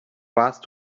warst